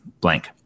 blank